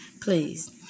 please